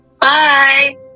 Bye